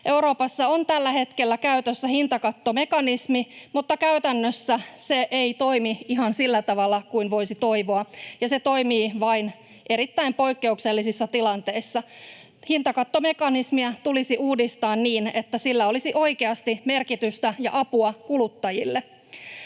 Euroopassa on tällä hetkellä käytössä hintakattomekanismi, mutta käytännössä se ei toimi ihan sillä tavalla kuin voisi toivoa, ja se toimii vain erittäin poikkeuksellisissa tilanteissa. Hintakattomekanismia tulisi uudistaa niin, että sillä olisi oikeasti merkitystä ja apua kuluttajille.